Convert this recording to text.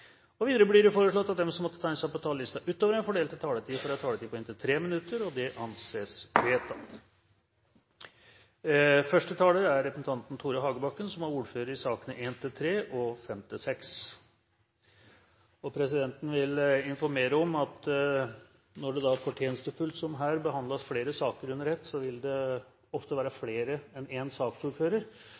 taletid. Videre vil presidenten foreslå at de som måtte tegne seg på talerlisten utover den fordelte taletid, får en taletid på inntil 3 minutter. – Det anses vedtatt. Presidenten vil informere om at når det her fortjenestefullt behandles flere saker under ett, vil det være flere enn én saksordfører,